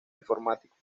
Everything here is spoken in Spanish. informáticos